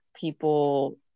people